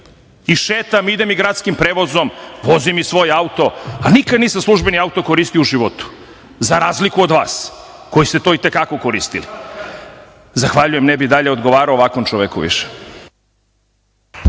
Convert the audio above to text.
I šetam, idem i gradskim prevozom, vozim i svoj auto, a nikad nisam službeni auto koristio u životu, za razliku od vas, koji ste to i te kako koristili. Zahvaljujem. Ne bih dalje odgovarao ovakvom čoveku